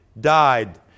died